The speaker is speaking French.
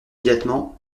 immédiatement